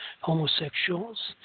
homosexuals